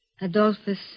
Adolphus